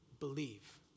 Believe